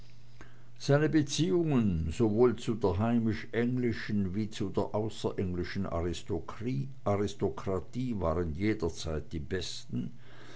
seine beziehungen sowohl zu der heimisch englischen wie zu der außerenglischen aristokratie waren jederzeit die besten